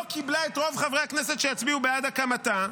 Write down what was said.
לא קיבלה את רוב חברי הכנסת שיצביעו בעד הקמתה,